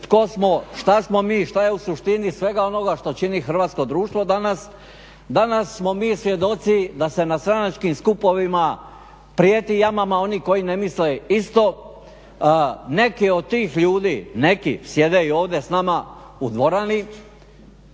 što smo mi, šta je u suštini svega onoga što čini hrvatsko društvo danas. Danas smo mi svjedoci da se na stranačkim skupovima prijeti jamama oni koji ne misle isto. Neki od tih ljudi, neki, sjede i ovdje s nama ovdje u dvorani.